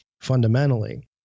fundamentally